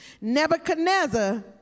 Nebuchadnezzar